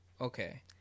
Okay